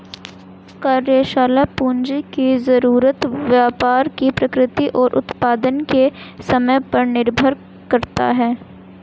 कार्यशाला पूंजी की जरूरत व्यापार की प्रकृति और उत्पादन के समय पर निर्भर करता है